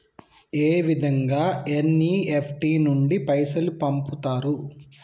ఏ విధంగా ఎన్.ఇ.ఎఫ్.టి నుండి పైసలు పంపుతరు?